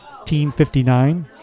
1859